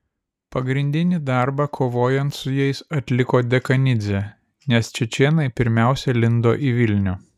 pagrindinį darbą kovojant su jais atliko dekanidzė nes čečėnai pirmiausia lindo į vilnių